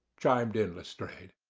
chimed in lestrade.